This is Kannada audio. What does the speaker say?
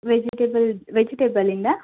ವೆಜಿಟೇಬಲ್ ವೆಜಿಟೇಬಲ್ಯಿಂದಾ